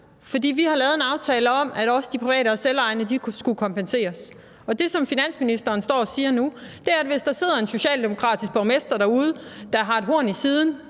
værd. Vi har lavet en aftale om, at også de private og selvejende skulle kompenseres. Det, som finansministeren står og siger nu, er, at hvis der sidder en socialdemokratisk borgmester derude, der har et horn i siden